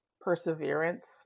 perseverance